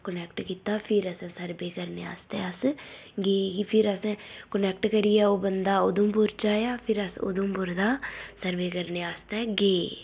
connect कीता फिर असें सर्वे करने आस्तै अस गे फ्ही असें कोनैक्ट करियै बंदा उधमपुर च आया फिर अस उधमपुर दा सर्वे करने आस्तै गे